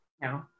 No